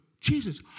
Jesus